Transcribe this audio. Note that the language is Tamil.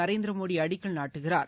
நரேந்திர மோடி அடிக்கல் நாட்டுகிறார்